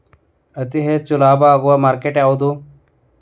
ಅತಿ ಹೆಚ್ಚು ಲಾಭ ಆಗುವ ಮಾರ್ಕೆಟ್ ಯಾವುದು?